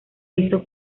hizo